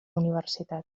universitat